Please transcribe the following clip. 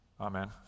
Amen